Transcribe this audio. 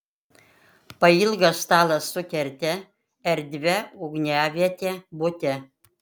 pailgas stalas su kerte erdvia ugniaviete bute